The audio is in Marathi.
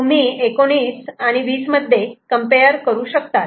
तुम्ही 19 मध्ये कम्पेअर करू शकतात